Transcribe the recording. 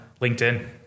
LinkedIn